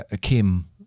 Kim